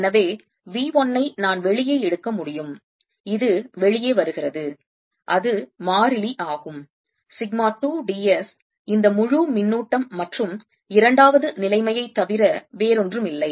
எனவே V 1 I நான் வெளியே எடுக்க முடியும் இது வெளியே வருகிறது அது மாறிலி ஆகும் சிக்மா 2 d s இந்த முழு மின்னூட்டம் மற்றும் இரண்டாவது நிலைமையை தவிர வேறொன்றுமில்லை